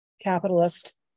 capitalist